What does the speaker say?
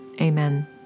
Amen